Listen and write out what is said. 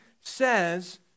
says